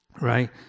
Right